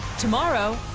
tomorrow.